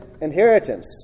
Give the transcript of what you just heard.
inheritance